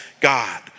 God